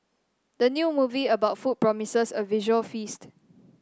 the new movie about food promises a visual feast